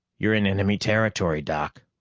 you're in enemy territory, doc.